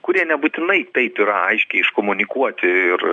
kurie nebūtinai taip yra aiškiai iškomunikuoti ir